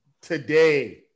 today